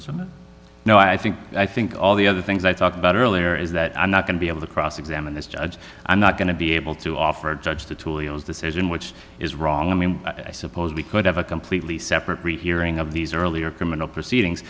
produce now i think i think all the other things i talked about earlier is that i'm not going to be able to cross examine this judge i'm not going to be able to offer a judge the tools decision which is wrong i mean i suppose we could have a completely separate rehearing of these earlier criminal proceedings